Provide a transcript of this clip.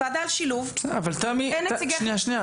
ועדה לשילוב ואין נציגי חינוך.